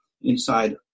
inside